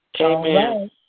Amen